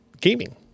gaming